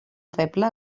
feble